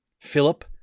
Philip